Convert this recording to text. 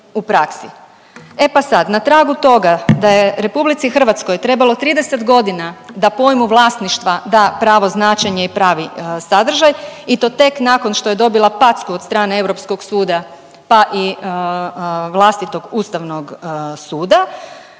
E pa sad na tragu toga da je RH trebalo 30 godina da pojmu vlasništva da pravo značenje i pravi sadržaj i to tek nakon što je dobila packu od strane Europskog suda pa i vlastitog Ustavnog suda